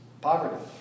Poverty